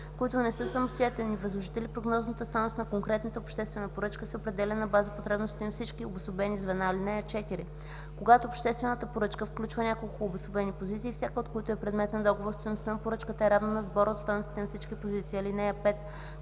Когато обществената поръчка включва няколко обособени позиции, всяка от които е предмет на договор, стойността на поръчката е равна на сбора от стойностите на всички позиции.